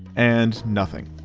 and nothing.